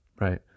right